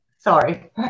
Sorry